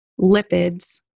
lipids